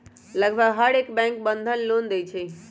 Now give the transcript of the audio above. लगभग हर bank Bandhan loan देई छई